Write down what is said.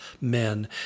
men